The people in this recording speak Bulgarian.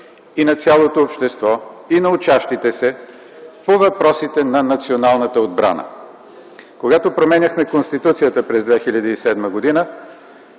и на цялото общество, и на учащите се по въпросите на националната отбрана. Когато променяхме Конституцията през 2007 г.